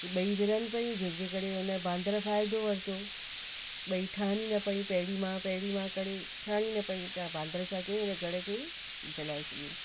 ऐहे ॿई विढ़नि पयूं जंहिंजे करे हुन बांदर फ़ाइदो वरितो ॿई ठहनि ई न पयूं पहिरीं मां पहिरीं मां करे ठहनि ई न पयूं त बांदर छा कयूं हुन घर खे ई जलाए छॾियईं